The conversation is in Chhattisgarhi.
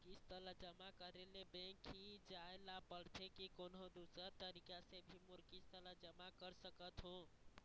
किस्त ला जमा करे ले बैंक ही जाए ला पड़ते कि कोन्हो दूसरा तरीका से भी मोर किस्त ला जमा करा सकत हो?